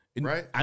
right